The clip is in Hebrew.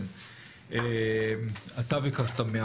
אתה ביקשת.